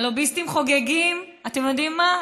הלוביסטים חוגגים, אתם יודעים מה?